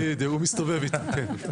בדיוק, הוא מסתובב איתו, כן, בכנסת,